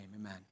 amen